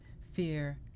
fear